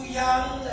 young